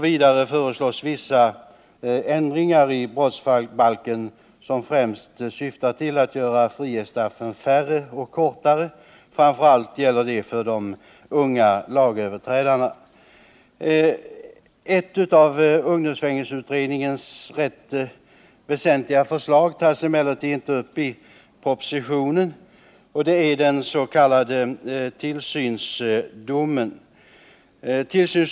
Vidare föreslås vissa ändringar i brottsbalken som främst syftar till att göra frihetsstraffen färre och kortare. Framför allt gäller det för unga lagöverträdare. Ett av ungdomsfängelseutredningens förslag som är rätt väsentligt behandlas emellertid inte i propositionen, nämligen förslaget om den s.k. tillsynsdomen.